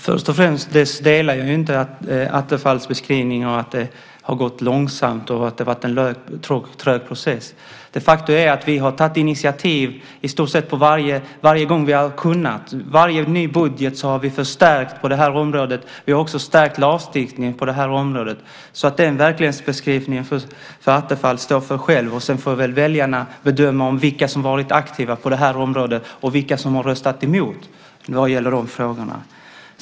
Fru talman! Först och främst instämmer jag inte i Stefan Attefalls beskrivning av att det har gått långsamt och att det har varit en trög process. Faktum är att vi har tagit initiativ i stort sett varje gång vi har kunnat. Varje ny budget har vi förstärkt på det här området. Vi har också stärkt lagstiftningen på det här området. Den verklighetsbeskrivningen får Attefall själv stå för. Sedan får väljarna bedöma vilka som har varit aktiva på det här området och vilka som har röstat emot vad gäller de frågorna.